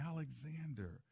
Alexander